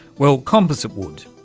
well, composite wood,